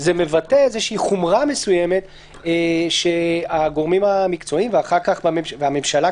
זה מבטא איזושהי חומרה מסוימת שהגורמים המקצועיים והממשלה,